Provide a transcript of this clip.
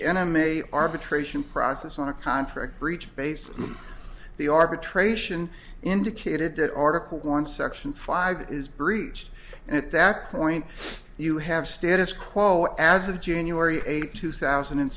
may arbitration process on a contract breach base the arbitration indicated that article one section five is breached and at that point you have status quo as of january two thousand and